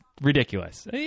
ridiculous